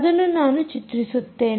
ಅದನ್ನು ನಾನು ಚಿತ್ರಿಸುತ್ತೇನೆ